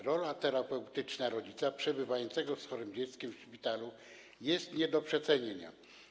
Rola terapeutyczna rodzica przebywającego z chorym dzieckiem w szpitalu jest nie do przecenienia.